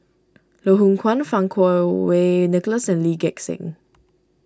Loh Hoong Kwan Fang Kuo Wei Nicholas and Lee Gek Seng